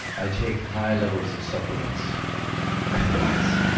i take high levels of supplements what,